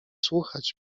słuchać